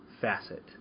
facet